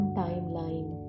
timeline